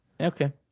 okay